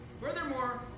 Furthermore